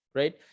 right